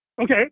Okay